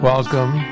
Welcome